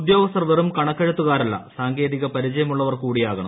ഉദ്യോഗസ്ഥർ വെറും കണക്കെഴുത്തുകാരല്ല സാങ്കേതിക പരിചയമുള്ളവർ കൂടിയാകണം